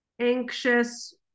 anxious